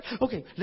Okay